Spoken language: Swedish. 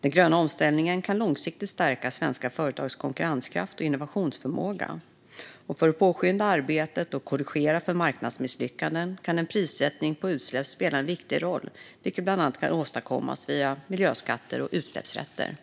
Den gröna omställningen kan långsiktigt stärka svenska företags konkurrenskraft och innovationsförmåga. För att påskynda arbetet och korrigera för marknadsmisslyckanden kan en prissättning av utsläpp spela en viktig roll, vilket bland annat kan åstadkommas via miljöskatter och utsläppsrätter.